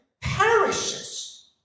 perishes